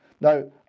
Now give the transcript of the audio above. Now